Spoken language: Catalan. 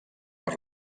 per